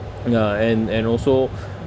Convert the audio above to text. ya and and also